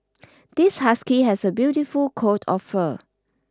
this husky has a beautiful coat of fur